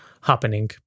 happening